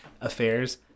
affairs